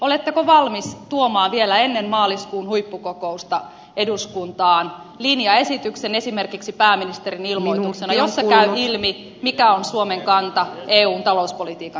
oletteko valmis tuomaan vielä ennen maaliskuun huippukokousta eduskuntaan linjaesityksen esimerkiksi pääministerin ilmoituksena josta käy ilmi mikä on suomen kanta eun talouspolitiikan kehittämiseen